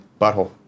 Butthole